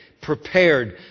prepared